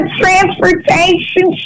transportation